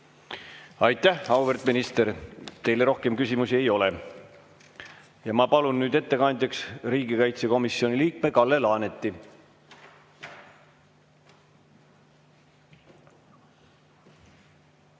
Aitäh, auväärt minister! Teile rohkem küsimusi ei ole. Ma palun nüüd ettekandjaks riigikaitsekomisjoni liikme Kalle Laaneti.